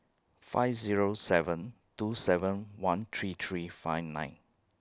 five Zero seven two seven one three three five nine